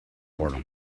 boredom